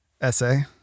essay